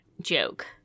joke